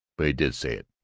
but he did say it,